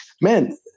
Man